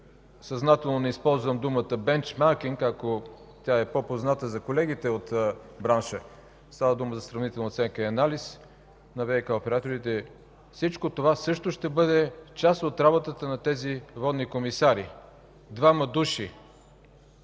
съзнателно не използвам думата „бенчмаркинг”, ако тя е по-позната за колегите от бранша, става дума за сравнителна оценка и анализ на ВиК операторите. Всичко това също ще бъде част от работата на тези водни комисари – двама души